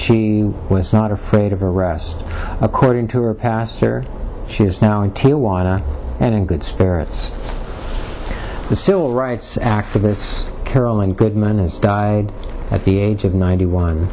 she was not afraid of her arrest according to her pastor she is now in tijuana and in good spirits the civil rights activists carolyn goodman as died at the age of ninety one